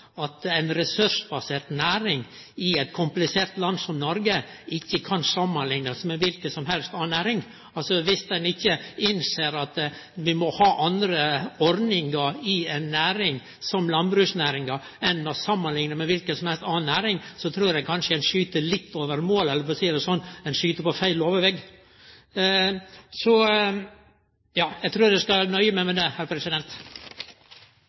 at ei ressursbasert næring i eit komplisert land som Noreg ikkje kan samanliknast med kva som helst anna næring. Dersom ein ikkje innser at vi må ha andre ordningar i ei næring som landbruksnæringa enn i kva som helst anna næring, trur eg kanskje ein skyt litt over målet, eller for å seie det slik: Ein skyt på feil låvevegg. Eg trur eg nøyer meg